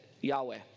Yahweh